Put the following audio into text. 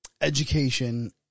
education